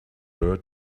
her